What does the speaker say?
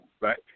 right